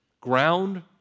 Ground